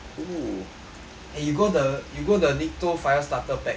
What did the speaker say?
and you go the you go the nikto fire starter pack